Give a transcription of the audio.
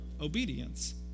obedience